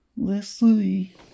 Leslie